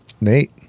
Nate